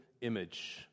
image